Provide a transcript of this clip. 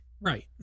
Right